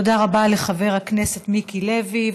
תודה רבה לחבר הכנסת מיקי לוי.